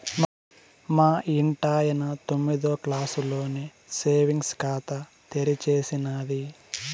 మా ఇంటాయన తొమ్మిదో క్లాసులోనే సేవింగ్స్ ఖాతా తెరిచేసినాది